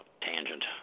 tangent